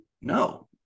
No